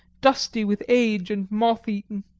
dusty with age and moth-eaten.